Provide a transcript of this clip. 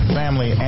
family